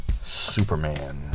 Superman